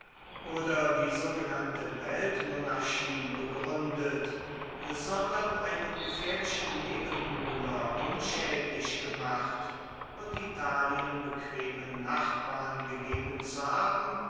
oder die sogenannte weltmonarchie begruendet sondern einen gefaehrlichen nebenbuhler unschaedlich gemacht und italien bequeme nachbarn gegeben zu haben